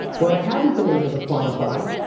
what i haven't been able to quantify